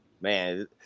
man